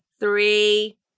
Three